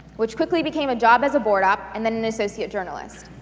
which quickly became a job as a board op and then an associate journalist.